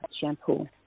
shampoo